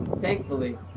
Thankfully